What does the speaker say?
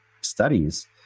studies